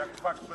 בין כותלי